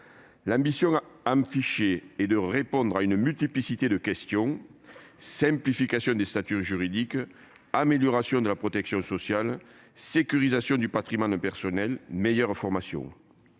L'ambition affichée est de répondre à une multiplicité de questions : simplification des statuts juridiques, amélioration de la protection sociale, sécurisation du patrimoine personnel, meilleure formation